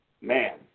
man